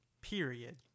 period